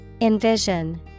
Envision